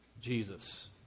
Jesus